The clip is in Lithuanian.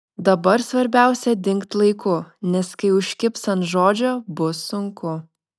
dabar svarbiausia dingt laiku nes kai užkibs ant žodžio bus sunku